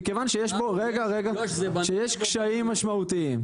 מכיוון שיש קשיים משמעותיים.